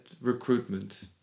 recruitment